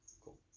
Cool